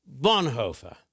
Bonhoeffer